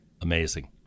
Amazing